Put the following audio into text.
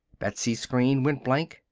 betsy's screen went blank.